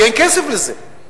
כי אין כסף לזה.